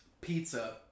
pizza